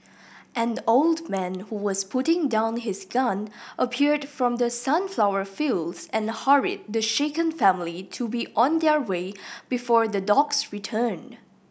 an old man who was putting down his gun appeared from the sunflower fields and hurried the shaken family to be on their way before the dogs return